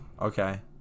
Okay